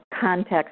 context